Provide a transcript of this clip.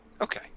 Okay